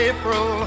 April